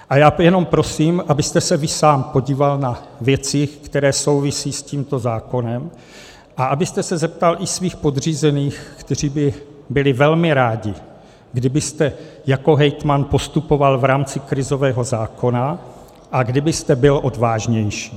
A já jenom prosím, abyste se vy sám podíval na věci, které souvisí s tímto zákonem, a abyste se zeptal i svých podřízených, kteří by byli velmi rádi, kdybyste jako hejtman postupoval v rámci krizového zákona a kdybyste byl odvážnější.